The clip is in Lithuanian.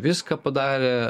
viską padarė